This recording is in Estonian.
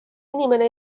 inimene